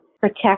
protect